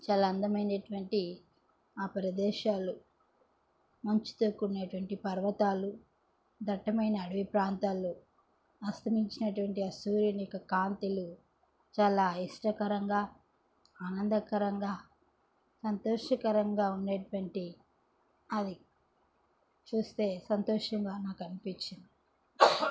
చాలా అందమైనటువంటి ఆ ప్రదేశాలు మంచుతో కూడినటువంటి పర్వతాలు దట్టమైన అడవి ప్రాంతాల్లో అస్తమించినటువంటి ఆ సూర్యుని యొక్క కాంతులు చాలా ఇష్టకరంగా ఆనందకరంగా సంతోషకరంగా ఉన్నటువంటి అది చూస్తే సంతోషంగా నాకనిపిచ్చింది